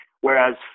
whereas